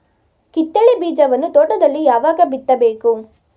ಕಿತ್ತಳೆ ಬೀಜವನ್ನು ತೋಟದಲ್ಲಿ ಯಾವಾಗ ಬಿತ್ತಬೇಕು?